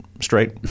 straight